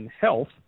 Health